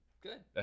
Good